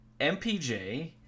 MPJ